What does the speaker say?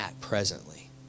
presently